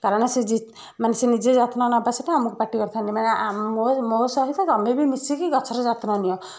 କାରଣ ସେ ମାନେ ସେ ନିଜେ ଯତ୍ନ ନବା ସେଟା ଆମକୁ ପାଟି କରିଥାନ୍ତି ମାନେ ଆମ ମୋ ମୋ ସହିତ ତମେ ବି ମିଶିକି ଗଛର ଯତ୍ନ ନିଅ